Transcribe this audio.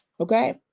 Okay